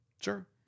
Sure